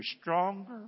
stronger